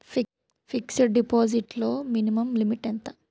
Fixed deposit లో minimum limit ఎంత?